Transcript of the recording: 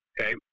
Okay